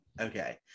Okay